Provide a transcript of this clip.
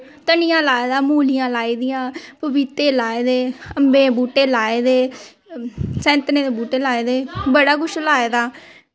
धनियां लाए दा मूलियां लाई दियां पपीते लाए दे अम्बें दे बूह्टे लाए दे संतरें दे बूह्टे लाए दे बड़ा कुछ लाए दा